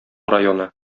районы